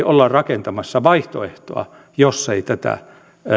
olla rakentamassa vaihtoehtoja jos ei tätä